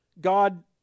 God